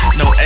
no